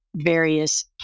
various